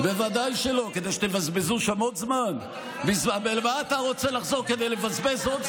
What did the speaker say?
אתה מוכן לחזור לבית הנשיא?